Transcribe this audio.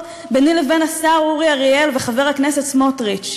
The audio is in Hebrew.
ביני לבין השר אורי אריאל וחבר הכנסת סמוטריץ.